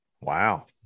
Wow